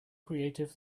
creative